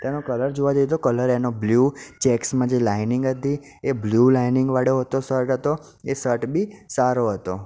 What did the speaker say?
તેનો કલર જોવા જઈએ તો કલર એનો બ્લ્યુ ચેક્સમાં જે લાઈનીંગ હતી એ બ્લ્યુ લાઈનીંગવાળો હતો સર્ટ હતો એ સર્ટ બી સારો હતો